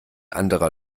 anderer